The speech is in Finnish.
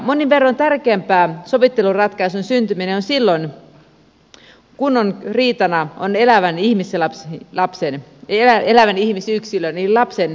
monin verroin tärkeämpää sovittelun ratkaisun syntyminen on silloin kun riita on elävän ihmisyksilön eli lapsen huoltajuus ja tapaamisoikeuksista